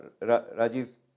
Rajiv